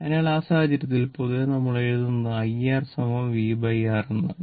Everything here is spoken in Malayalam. അതിനാൽ ആ സാഹചര്യത്തിൽ പൊതുവേ നമ്മൾ എഴുതുന്നത് IR VR എന്നാണ്